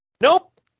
Nope